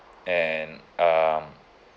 and um